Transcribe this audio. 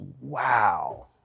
Wow